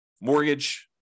mortgage